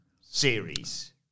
series